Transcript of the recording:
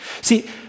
See